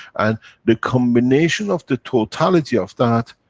and the combination of the totality of that,